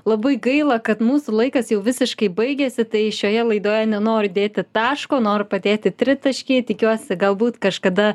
labai gaila kad mūsų laikas jau visiškai baigėsi tai šioje laidoje nenoriu dėti taško noru padėti tritaškį tikiuosi galbūt kažkada